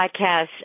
podcast